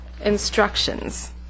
instructions